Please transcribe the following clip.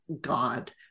God